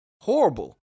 Horrible